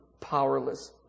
powerless